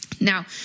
Now